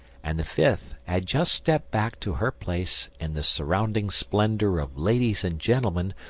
and the fifth had just stepped back to her place in the surrounding splendour of ladies and gentlemen,